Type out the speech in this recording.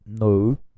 no